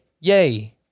yay